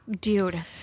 Dude